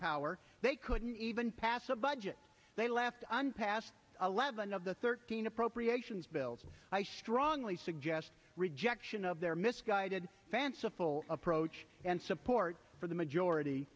power they couldn't even pass a budget they left on past eleven of the thirteen appropriations bills i strongly suggest rejection of their misguided fanciful approach and support for the majority